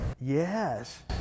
Yes